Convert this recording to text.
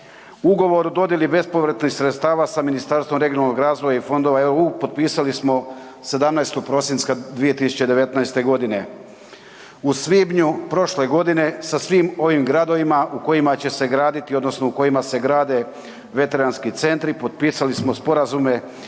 Ugovor o dodjeli bespovratnih sredstava sa Ministarstvom regionalnog razvoja i fondova EU potpisali smo 17. prosinca 2019. godine. U svibnju prošle godine sa svim ovim gradovima u kojima će se graditi odnosno u kojima se grade veteranski centri, potpisali smo sporazume